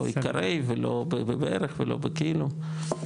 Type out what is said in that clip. לא עיקרי ולא בערך ולא בכאילו.